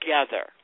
together